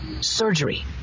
Surgery